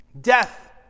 Death